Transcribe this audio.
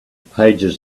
pages